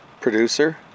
producer